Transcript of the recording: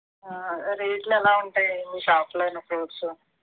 రేట్లు ఎలా ఉంటాయి మీ షాప్లో ఉన్న ఫ్రూట్స్